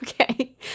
Okay